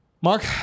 Mark